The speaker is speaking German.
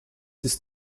ist